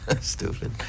Stupid